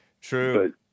True